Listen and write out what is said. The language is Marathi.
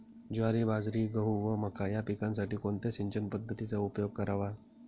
ज्वारी, बाजरी, गहू व मका या पिकांसाठी कोणत्या सिंचन पद्धतीचा उपयोग करावा?